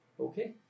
okay